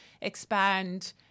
expand